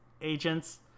agents